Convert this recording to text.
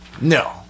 No